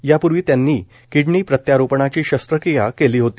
यापूर्वी त्यांनी किडनी प्रत्यारोपणाची शस्त्रक्रिया केली होती